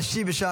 להשיב בשם